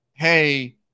hey